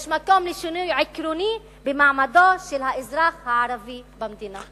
יש מקום לשינוי עקרוני במעמדו של האזרח הערבי במדינה.